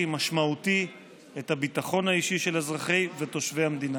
ומשמעותי את הביטחון האישי של אזרחי ותושבי המדינה.